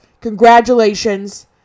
Congratulations